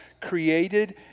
created